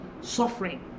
suffering